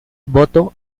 voto